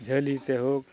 ᱡᱷᱟᱹᱞᱤᱛᱮ ᱦᱳᱠ